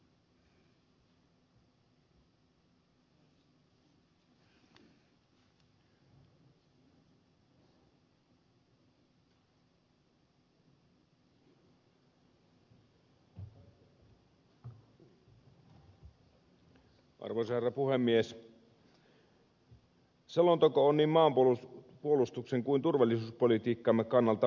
selonteko on niin maanpuolustuksen kuin turvallisuuspolitiikkamme kannalta välttämätön